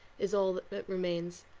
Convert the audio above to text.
is all that remains.